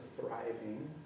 thriving